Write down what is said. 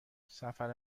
سفر